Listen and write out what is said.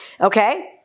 okay